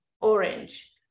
orange